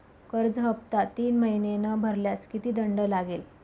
कर्ज हफ्ता तीन महिने न भरल्यास किती दंड लागेल?